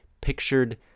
pictured